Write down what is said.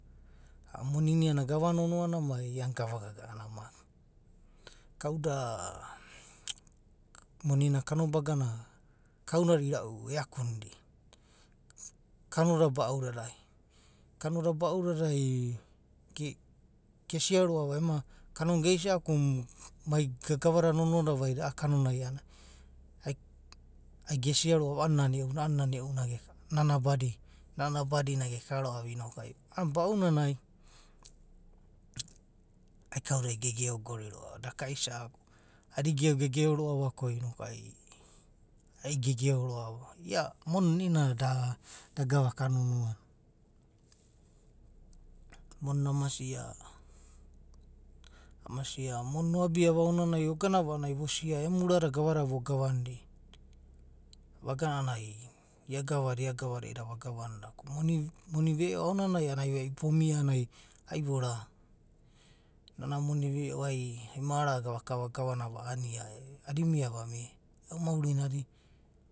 Monina iane gava nonoana mai gava gaga’ana. Kauda monina kanobagana kaudada irau. e akunida kanoda baudadai. Kanoda baudada, gesia roa’va ema kanona geisa’akuna mai gava da nonoa dada vaida a’a kanonai ai gesia roa’va a’anana nana e’una. a’anana nana e’una nana abadi. nana abadina geka roa’va inokku ai a’anana baunanai ai kauda gegeo gori roa’va. Da kaisa’aku adi geo gegeo roa’va ko ai inoku ai gegeo roa’va. Ia monina i’inana da gavaka nonoana. Monina ama sia. ama sia moni na oabiva aonanai vogana a’anana ai vosia emu ura da gava dada vo gavanida vagana a’anana ia gavada. ia gava na va gavanida ko moni. ko moni veo aonanai a’anana ai vomia vo ra nana monni veo. ai mara na gavaka vagavanania e. adi mia vamia. e’u maurina adi